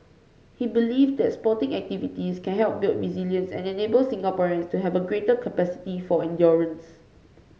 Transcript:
he believed that sporting activities can help build resilience and enable Singaporeans to have a greater capacity for endurance